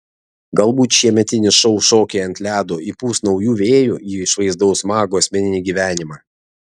galbūt šiemetinis šou šokiai ant ledo įpūs naujų vėjų į išvaizdaus mago asmeninį gyvenimą